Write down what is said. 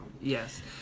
yes